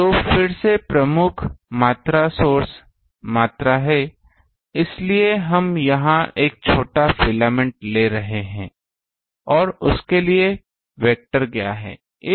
तो फिर से प्रमुख मात्रा स्रोत मात्रा हैं इसलिए हम यहां एक छोटा फिलामेंट ले रहे हैं और उसके लिए वेक्टर क्या है